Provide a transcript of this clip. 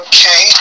Okay